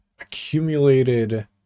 accumulated